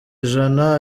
ijana